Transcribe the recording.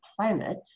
planet